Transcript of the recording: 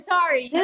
Sorry